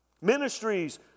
Ministries